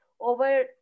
Over